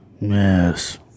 Yes